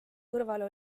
kõrvale